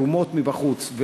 תרומות מבחוץ.